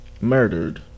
murdered